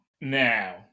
Now